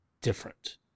different